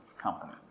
company